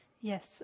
Yes